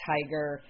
Tiger